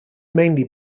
mainly